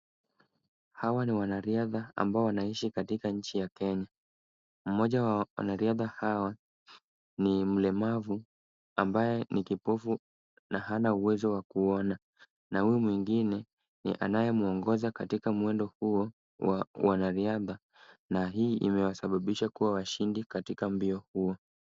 Hawa ni wanariadha ambao wanaishi katika nchi ya Kenya. Mmoja wa wanariadha hawa ni mlemavu ambaye ni kipovu na hana uwezo wa kuona na huyu mwingine ni anayemuongoza katika mwendo huo wa wanariadha na hii imewasababisha kuwa washindi katika mbio huo.